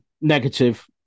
negative